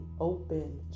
open